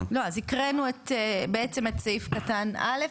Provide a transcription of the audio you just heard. אז הקראנו בעצם את סעיף קטן א',